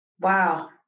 Wow